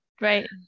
Right